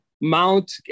Mount